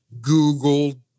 Google